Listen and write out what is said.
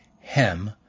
Hem